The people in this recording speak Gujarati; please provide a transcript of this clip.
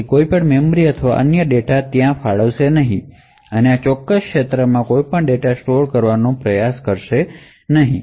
અને કોઈ મેમરી અથવા અન્ય ડેટા ત્યાં ફાળવશે નહીં અથવા આ ચોક્કસ ક્ષેત્રમાં કોઈપણ ડેટા સ્ટોર કરવાનો પ્રયાસ કરશે નહીં